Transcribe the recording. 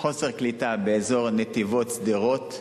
חוסר קליטה באזור נתיבות, שדרות,